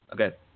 Okay